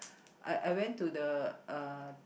I I went to the uh